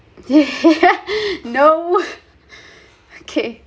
no okay